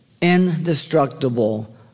Indestructible